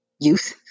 youth